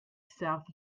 south